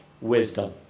wisdom